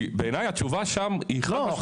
כי בעיניי התשובה שם היא חד משמעית.